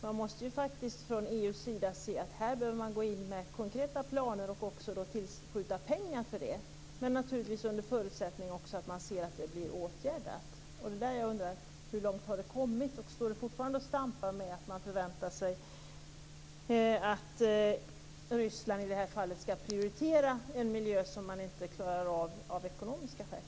Man måste faktiskt från EU:s sida se att man här behöver gå in med konkreta planer och också tillskjuta pengar för det, men naturligtvis under förutsättning att man ser att det blir åtgärdat. Hur långt har det kommit? Står det fortfarande och stampar med att man förväntar sig att Ryssland, i det här fallet, skall prioritera en miljö som man inte klarar av av ekonomiska skäl?